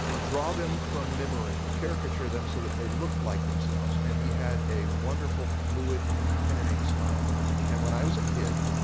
draw them from memory, caricature them so that they looked like themselves and he had a wonderful fluid pen-and-ink style and when i was a kid,